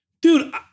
Dude